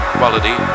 quality